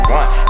one